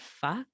fuck